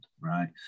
right